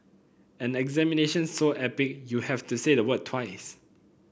an examination so epic you have to say the word twice